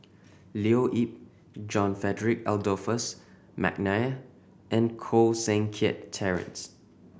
Leo Yip John Frederick Adolphus McNair and Koh Seng Kiat Terence